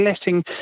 letting